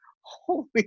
holy